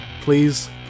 Please